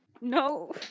No